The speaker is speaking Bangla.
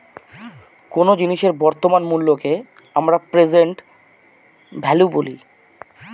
কোন জিনিসের বর্তমান মুল্যকে আমরা প্রেসেন্ট ভ্যালু বলি